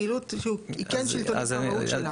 פעילות שהיא כן שלטונית במהות שלה.